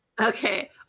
Okay